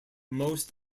most